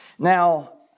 Now